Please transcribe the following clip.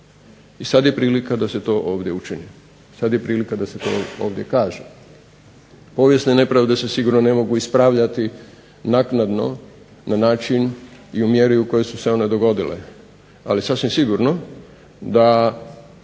I sada je prilika da se to ovdje učini, sada je prilika da se to ovdje kaže. Povijesne nepravde se sigurno ne mogu ispravljati naknadno na način i u mjeri u kojoj su se one dogodile, ali sasvim sigurno da